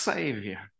Savior